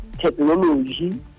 technology